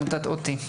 עמותת אותי.